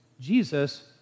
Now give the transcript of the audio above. Jesus